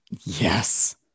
Yes